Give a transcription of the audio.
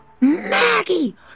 Maggie